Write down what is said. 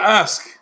ask